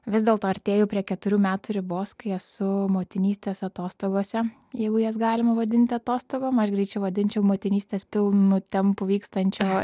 vis dėlto artėju prie keturių metų ribos kai esu motinystės atostogose jeigu jas galima vadinti atostogom aš greičiau vadinčiau motinystės pilnu tempu vykstančio